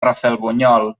rafelbunyol